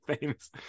famous